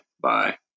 Bye